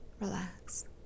relax